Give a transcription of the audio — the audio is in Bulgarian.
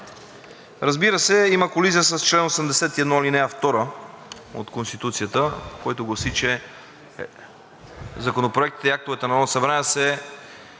Разбира се, има колизия с чл. 81, ал. 2 от Конституцията, който гласи, че законопроектите и актовете на Народното